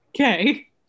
Okay